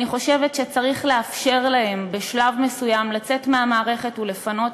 אני חושבת שצריך לאפשר להם בשלב מסוים לצאת מהמערכת ולפנות